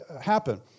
happen